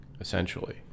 essentially